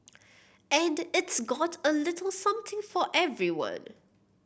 and it's got a little something for everyone